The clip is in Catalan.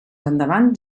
endavant